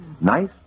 Nice